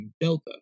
Delta